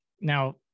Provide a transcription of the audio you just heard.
now